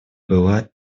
была